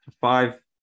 Five